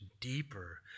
deeper